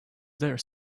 there